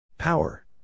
Power